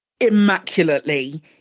immaculately